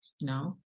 no